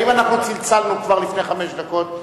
האם אנחנו צלצלנו כבר לפני חמש דקות?